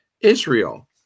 Israel